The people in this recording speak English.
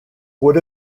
would